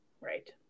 right